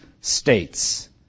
states